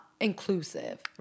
inclusive